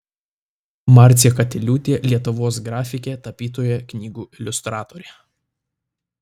marcė katiliūtė lietuvos grafikė tapytoja knygų iliustratorė